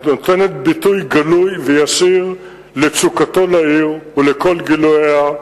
הנותנת ביטוי גלוי וישיר לתשוקתו לעיר ולכל גילוייה,